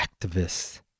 activists